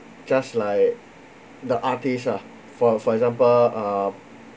just like the artist ah for for example uh